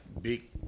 big